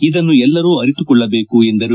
ಇದನ್ನು ಎಲ್ಲರೂ ಅರಿತುಕೊಳ್ಳಬೇಕು ಎಂದರು